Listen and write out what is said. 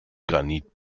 granit